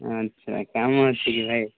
ଆଚ୍ଛା କାମ ଅଛି କି ଭାଇ